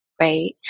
right